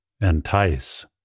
entice